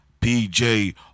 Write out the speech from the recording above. pj